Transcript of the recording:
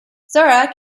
zora